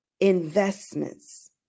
investments